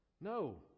No